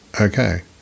okay